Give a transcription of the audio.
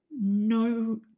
No